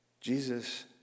Jesus